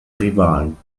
rivalen